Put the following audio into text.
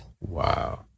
Wow